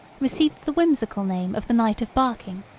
received the whimsical name of the night of barking,